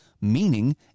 meaning